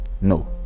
no